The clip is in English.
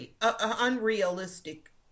unrealistic